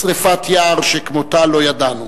שרפת יער שכמותה לא ידענו.